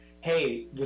hey